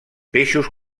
peixos